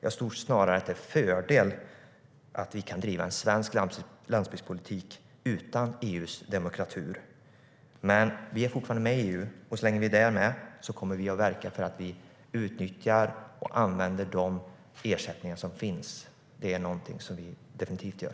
Jag tror snarare att det är en fördel att vi kan driva en svensk landsbygdspolitik utan EU:s demokratur. Men vi är fortfarande med i EU. Så länge vi är med kommer vi att verka för att vi utnyttjar och använder de ersättningar som finns. Det är någonting som vi definitivt gör.